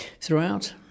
throughout